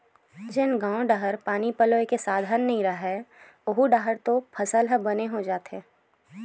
जेन गाँव डाहर पानी पलोए के साधन नइय रहय ओऊ डाहर तो फसल ह बने हो जाथे